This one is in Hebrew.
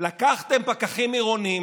לקחתם פקחים עירוניים,